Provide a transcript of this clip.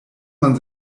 man